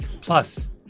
plus